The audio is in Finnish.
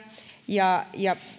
ja ja